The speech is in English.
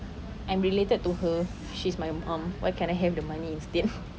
I'm related to her she's my mum why can't I have the money instead